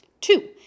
Two